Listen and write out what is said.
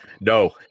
no